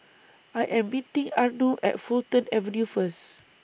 I Am meeting Arno At Fulton Avenue First